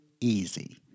easy